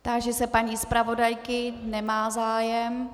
Táži se paní zpravodajky nemá zájem.